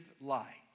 light